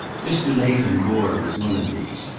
mr. nathan gore was one of these,